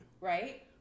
Right